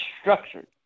structured